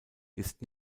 ist